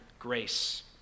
Grace